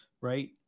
right